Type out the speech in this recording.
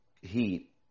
heat